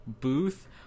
booth